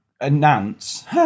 announce